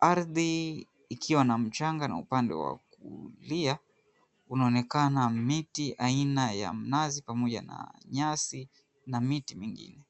ardhi ikiwa na mchanga na upande wa kulia kunaonekana miti aina ya minazi pamoja na nyasi na miti mingine.